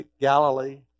Galilee